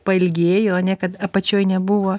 pailgėjo ane kad apačioj nebuvo